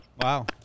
Wow